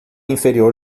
inferior